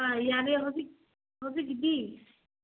ꯑꯥ ꯌꯥꯔꯦ ꯍꯧꯖꯤꯛ ꯍꯧꯖꯤꯛꯀꯤꯗꯤ